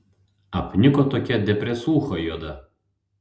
apniko tokia depresūcha juoda